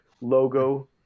logo